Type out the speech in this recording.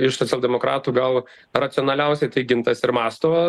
iš socialdemokratų gal racionaliausia tai gintas ir mąsto